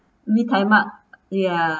mee tai mak ya